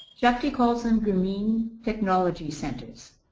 shakti calls them grameen technology centers.